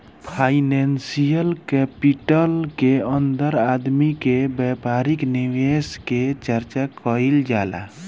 financial capital के अंदर आदमी के व्यापारिक निवेश के चर्चा कईल जाला